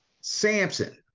Samson